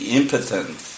impotent